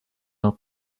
not